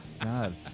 God